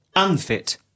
Unfit